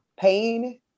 pain